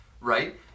right